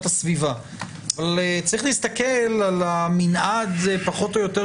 הסביבה אבל צריך להסתכל על המנעד שקיים פחות או יותר.